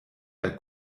der